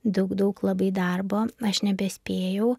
daug daug labai darbo aš nebespėjau